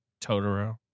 Totoro